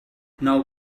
now